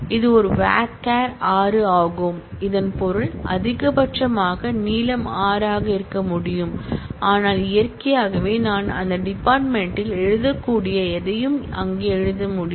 இது ஒரு வேர்க்கேர் 6 ஆகும் இதன் பொருள் அதிகபட்சமாக நீளம் 6 ஆக இருக்க முடியும் ஆனால் இயற்கையாகவே நான் அந்த டிபார்ட்மென்ட் ல் எழுதக்கூடிய எதையும் அங்கே எழுத முடியும்